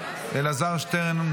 אלעזר שטרן,